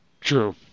True